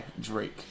Drake